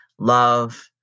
Love